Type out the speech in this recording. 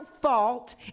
fault